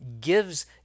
gives